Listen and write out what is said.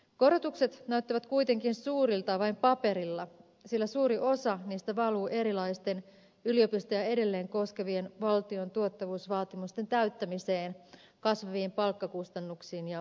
korotukset näyttävät kuitenkin suurilta vain paperilla sillä suuri osa niistä valuu erilaisten yliopistoja edelleen koskevien valtion tuottavuusvaatimusten täyttämiseen kasvaviin palkkakustannuksiin ja tilakustannuksiin